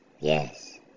yes